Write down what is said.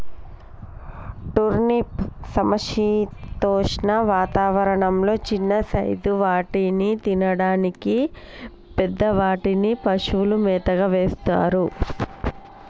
turnip సమశీతోష్ణ వాతావరణం లొ చిన్న సైజ్ వాటిని తినడానికి, పెద్ద వాటిని పశువులకు మేతగా వేస్తారు